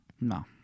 No